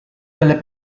delle